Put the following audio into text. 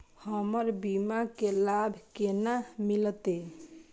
हमर बीमा के लाभ केना मिलते?